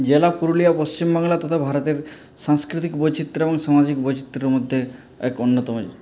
জেলা পুরুলিয়া পশ্চিম বাংলার তথা ভারতের সাংস্কৃতিক বৈচিত্র্য এবং সামাজিক বৈচিত্র্যের মধ্যে এক অন্যতম